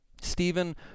Stephen